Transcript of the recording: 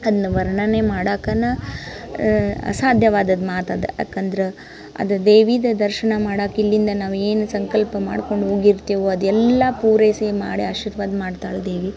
ಅದನ್ನ ವರ್ಣನೆ ಮಾಡಕ್ಕನ ಅಸಾಧ್ಯವಾದ ಮಾತು ಅದು ಯಾಕಂದ್ರೆ ಅದು ದೇವಿದು ದರ್ಶನ ಮಾಡಕ್ಕ ಇಲ್ಲಿಂದ ನಾವು ಏನು ಸಂಕಲ್ಪ ಮಾಡ್ಕೊಂಡು ಹೋಗಿರ್ತಿವೋ ಅದೆಲ್ಲ ಪೂರೈಸಿ ಮಾಡಿ ಆಶೀರ್ವಾದ ಮಾಡ್ತಾಳೆ ದೇವಿ